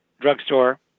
drugstore